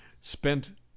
spent